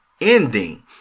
ending